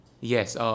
Yes